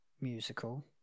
musical